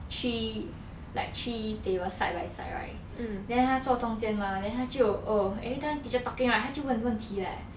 she like three table side by side right then 他坐中间 mah then 他就 oh everytime teacher talking right 他就问问题 leh